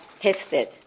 tested